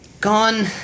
gone